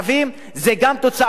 זה גם תוצאה של הכיבוש.